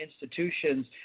institutions